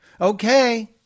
Okay